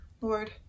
Lord